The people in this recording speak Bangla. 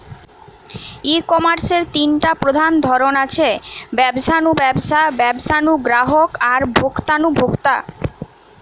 ই কমার্সের তিনটা প্রধান ধরন আছে, ব্যবসা নু ব্যবসা, ব্যবসা নু গ্রাহক আর ভোক্তা নু ভোক্তা